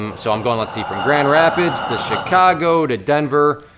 um so i'm going, let's see, from grand rapids to chicago, to denver,